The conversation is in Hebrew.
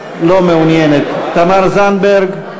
לא מעוניינת, תמר זנדברג,